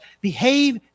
behave